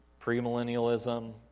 premillennialism